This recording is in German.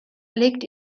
legt